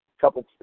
couple